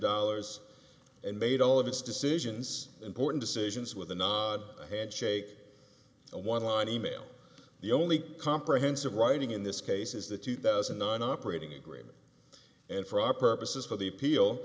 dollars and made all of its decisions important decisions with a handshake and one line e mail the only comprehensive writing in this case is the two thousand and nine operating agreement and for our purposes for the appeal